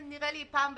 נראה לי פעם בחודש,